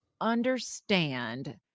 understand